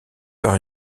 par